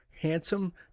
Handsome